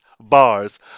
bars